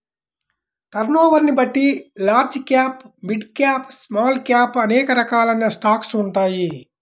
టర్నోవర్ని బట్టి large cap, mid cap, small cap అనే రకాలైన స్టాక్స్ ఉంటాయి